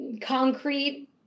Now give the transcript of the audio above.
concrete